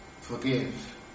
forgive